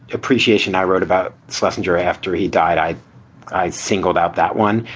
appreciation i wrote about schlesinger after he died. i i singled out that one.